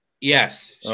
Yes